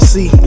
See